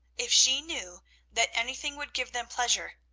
if she knew that anything would give them pleasure,